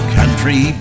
country